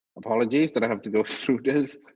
appologies but i have to go through this.